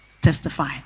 testify